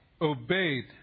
obeyed